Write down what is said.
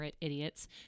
idiots